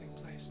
place